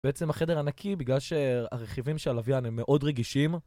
בעצם החדר ענקי בגלל שהרכיבים של הלווין הם מאוד רגישים.